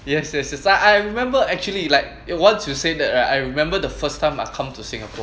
yes yes I I remember actually like once you say that right I remember the first time I come to singapore